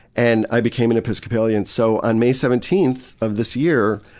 and i became an episcopalian. so on may seventeenth of this year,